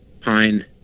pine